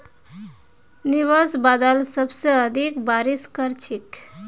nimbus बादल सबसे अधिक बारिश कर छेक